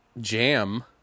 jam